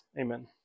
Amen